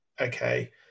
okay